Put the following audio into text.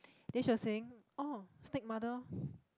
then she was saying oh snake mother